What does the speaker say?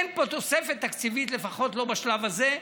אין פה תוספת תקציבית, לפחות לא בשלב הזה.